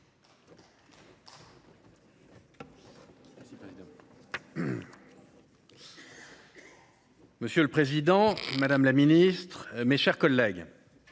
Monsieur le Président Madame la Ministre, mes chers collègues.